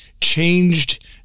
changed